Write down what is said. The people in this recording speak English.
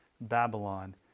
Babylon